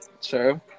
Sure